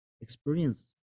experience